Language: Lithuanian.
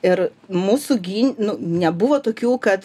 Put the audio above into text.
ir mūsų gin nu nebuvo tokių kad